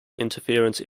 interference